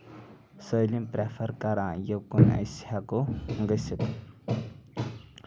سٲلِم پریٚفر کران یہِ کُن ہیٚکو أسۍ گژھِتھ